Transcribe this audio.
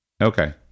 Okay